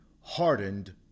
Hardened